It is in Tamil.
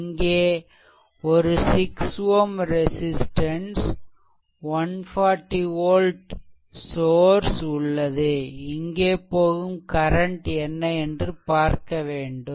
இங்கே ஒரு 6 Ω ரெசிஸ்ட்டன்ஸ் 140 volt சோர்ஸ் உள்ளதுஇங்கே போகும் கரண்ட் என்ன என்று பார்க்க வேண்டும்